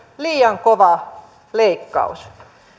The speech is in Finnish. liian kova leikkaus